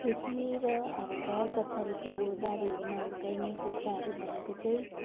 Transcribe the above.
खेती र अब घर पछाडिको बारीहरूमा हुर्काइने कुखुराहरू भनेको चाहिँ